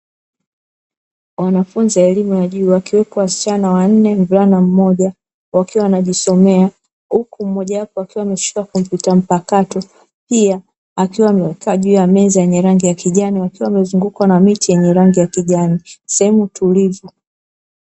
Wanafunzi wa elimu ya juu wakiwepo wasichana wanne, mvulana mmoja wakiwa wanajisomea, huku mmojawapo akiwa ameshika kompyuta mpakato pia akiwa amekaa juu ya meza yenye rangi ya kijani wakiwa wamezungukwa na miti yenye rangi ya kijani sehemu tulivu.